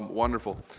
um wonderful.